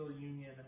Union